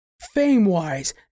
Fame-wise